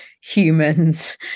humans